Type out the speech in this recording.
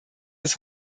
des